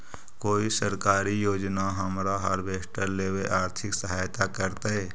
कोन सरकारी योजना हमरा हार्वेस्टर लेवे आर्थिक सहायता करतै?